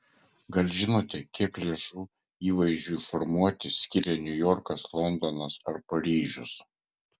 gal žinote kiek lėšų įvaizdžiui formuoti skiria niujorkas londonas ar paryžius